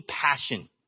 passion